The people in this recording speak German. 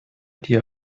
dir